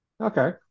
Okay